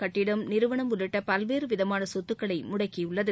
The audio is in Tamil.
கட்டிடம் நிறுவனம் உள்ளிட்ட பல்வேறு விதமான சொத்துக்களை முடக்கியுள்ளது